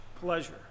pleasure